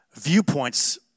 viewpoints